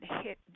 hit